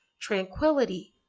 tranquility